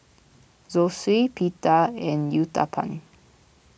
Zosui Pita and Uthapam